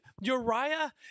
Uriah